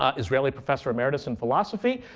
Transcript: ah israeli professor emeritus in philosophy,